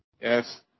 Yes